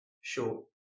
short